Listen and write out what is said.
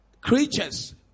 Creatures